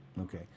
Okay